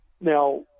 Now